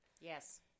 Yes